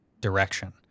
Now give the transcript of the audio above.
direction